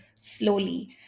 slowly